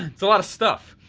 it's a lot of stuff.